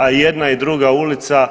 A i jedna i druga ulica